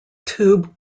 tube